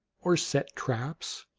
or set traps,